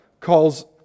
calls